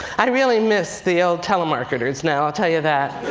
i really miss the old telemarketers now, i'll tell you that.